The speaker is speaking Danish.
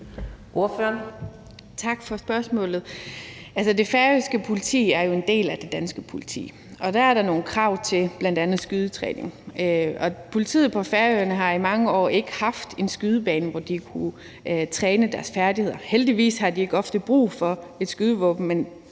Tak for spørgsmålet. Altså, det færøske politi er jo en del af det danske politi, og der er der nogle krav til bl.a. skydetræning, og politiet på Færøerne har i mange år ikke haft en skydebane, hvor de kunne træne deres færdigheder. Heldigvis har de ikke ofte brug for et skydevåben,